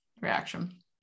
reaction